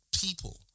people